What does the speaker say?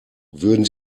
würden